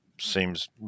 seems